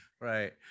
Right